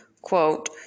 quote